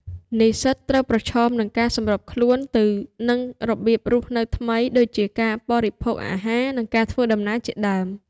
និស្សិតត្រូវប្រឈមនឹងការសម្របខ្លួនទៅនឹងរបៀបរស់នៅថ្មី ដូចជាការបរិភោគអាហារ និងការធ្វើដំណើរជាដើម។